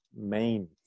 main